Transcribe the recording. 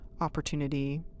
opportunity